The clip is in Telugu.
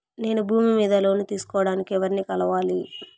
నేను భూమి మీద లోను తీసుకోడానికి ఎవర్ని కలవాలి?